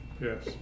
Yes